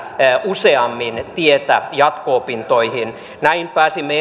useammin tietä jatko opintoihin näin